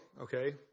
okay